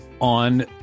on